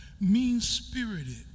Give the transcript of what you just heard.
mean-spirited